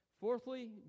Fourthly